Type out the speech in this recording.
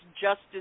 justice